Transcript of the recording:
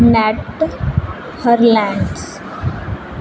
Netherlands